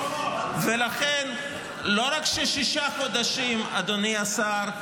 לכן לא רק ששישה חודשים, אדוני השר,